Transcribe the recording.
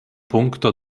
punkto